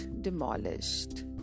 demolished